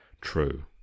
true